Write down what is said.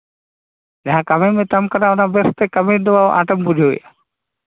ᱡᱟᱦᱟᱸ ᱠᱟᱹᱢᱤ ᱢᱮᱛᱟᱢ ᱠᱟᱱᱟ ᱚᱱᱟ ᱵᱮᱥ ᱛᱮ ᱠᱟᱹᱢᱤ ᱫᱚ ᱟᱸᱴᱮᱢ ᱵᱩᱡᱷᱟᱹᱣᱮᱫᱟ